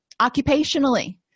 occupationally